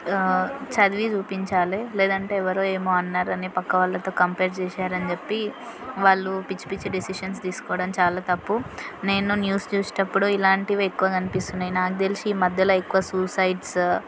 చదివి చూపించాలి లేదంటే ఎవరో ఏమో అన్నారని పక్క వాళ్ళతో కంపేర్ చేశారని చెప్పి వాళ్ళు పిచ్చి పిచ్చి డెసిషన్స్ తీసుకోవడం చాలా తప్పు నేను న్యూస్ చూసేటప్పుడు ఇలాంటివి ఎక్కువ కనిపిస్తున్నాయి నాకు తెలిసి ఈ మధ్యలో ఎక్కువ సూసైడ్స్